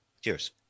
cheers